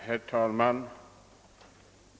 Herr talman!